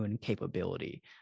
capability